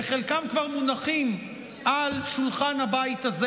וחלקם כבר מונחים על שולחן הבית הזה.